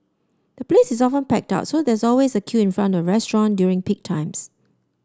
the place is often packed out so there's always a queue in front of restaurant during peak times